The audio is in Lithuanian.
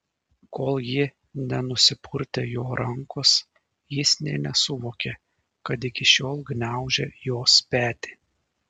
kol ji nenusipurtė jo rankos jis nė nesuvokė kad iki šiol gniaužė jos petį